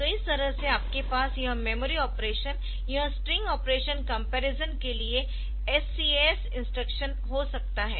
तो इस तरह से आपके पास यह मेमोरी ऑपरेशनयह स्ट्रिंग ऑपरेशन कंपैरिजन करने के लिए SCAS इंस्ट्रक्शन हो सकता है